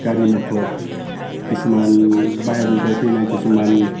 गारि मटर खिसुमान बाहेरनिफ्राय फैनाय खिसुमान